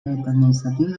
administratiu